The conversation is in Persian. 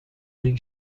این